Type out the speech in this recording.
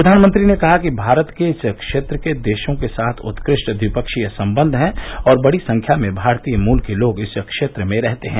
प्रधानमंत्री ने कहा कि भारत के इस क्षेत्र के देशों के साथ उत्कृष्ट द्विपक्षीय संबंध हैं और बड़ी संख्या में भारतीय मूल के लोग इस क्षेत्र में रहते हैं